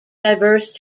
diverse